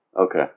Okay